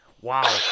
wow